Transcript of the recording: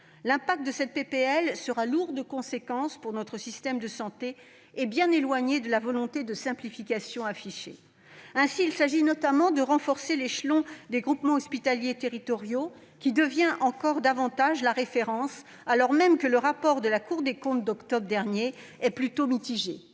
L'adoption de ce texte serait lourde de conséquences pour notre système de santé- des conséquences bien éloignées de la volonté de simplification affichée ... Ainsi, il s'agit notamment de renforcer l'échelon des groupements hospitaliers de territoire, qui devient davantage encore la référence, alors même que le rapport de la Cour des comptes d'octobre dernier est plutôt mitigé.